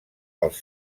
els